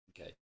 Okay